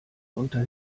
unter